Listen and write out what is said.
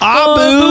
abu